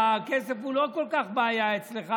והכסף הוא לא כל כך בעיה אצלך.